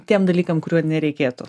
tiem dalykam kuriuo nereikėtų